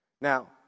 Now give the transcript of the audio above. Now